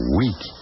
week